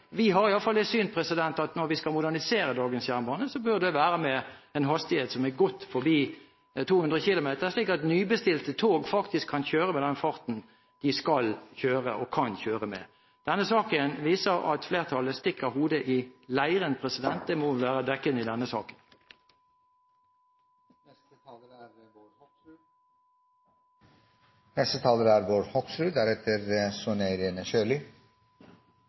vi har i hvert fall det synet, at når man skal modernisere dagens jernbane, bør den ha en hastighet som er godt over 200 km/t, slik at nybestilte tog faktisk kan kjøre med den farten de skal kjøre, og kan kjøre med. Denne saken viser at flertallet stikker hodet i leiren. Det må vel være dekkende i denne saken.